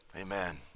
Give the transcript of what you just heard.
Amen